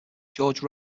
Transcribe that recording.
george